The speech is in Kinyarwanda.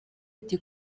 ati